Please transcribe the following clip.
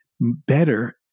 better